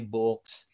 books